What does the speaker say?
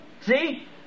See